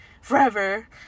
forever